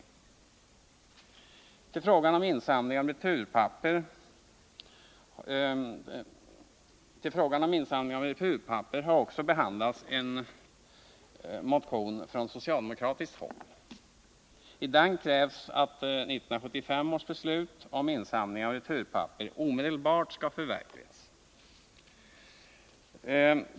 När det gäller frågan om insamling av returpapper har utskottet också behandlat en motion från socialdemokratiskt håll. I den krävs att 1975 års beslut om insamling av returpapper omedelbart skall förverkligas.